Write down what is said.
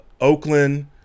Oakland